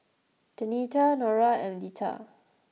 Denita Nora and Leitha